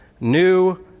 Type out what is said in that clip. new